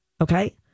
Okay